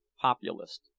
populist